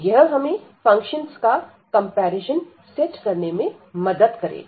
यह हमें फंक्शंस का कंपैरिजन सेट करने में मदद करेगा